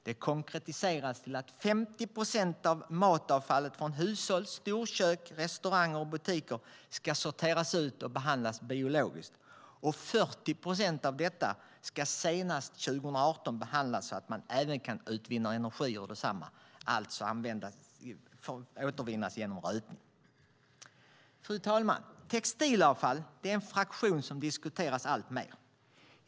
Det konkretiserades till att 50 procent av matavfallet från hushåll, storkök, restauranger och butiker ska sorteras ut och behandlas biologiskt, och 40 procent av detta ska senast 2018 behandlas så att man även kan utvinna energi ur detsamma - alltså återvinnas genom rötning. Fru talman! Textilavfall är en fraktion som diskuteras alltmer.